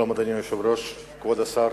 אדוני היושב-ראש, שלום, כבוד השר,